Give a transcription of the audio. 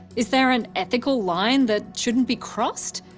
is there an ethical line that should not be crossed?